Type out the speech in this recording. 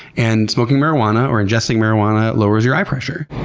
and smoking marijuana or ingesting marijuana lowers your eye pressure.